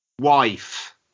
wife